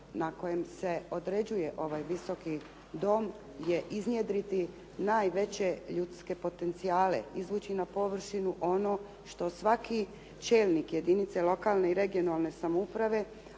na kojem se određuje ovaj Visoki dom, je iznjedriditi najveće ljudske potencijale, izvući na površinu ono što svaki čelnik jedinice lokalne i regionalne samouprave